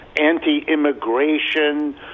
anti-immigration